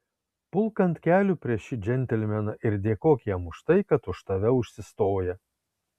pulk ant kelių prieš šį džentelmeną ir dėkok jam už tai kad už tave užsistoja